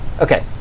Okay